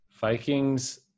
Vikings